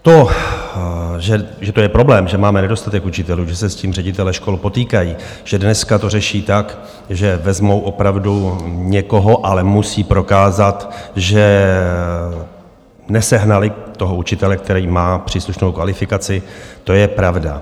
To, že to je problém, že máme nedostatek učitelů, že se s tím ředitelé škol potýkají, že dneska to řeší tak, že vezmou opravdu někoho, ale musí prokázat, že nesehnali učitele, který má příslušnou kvalifikaci, to je pravda.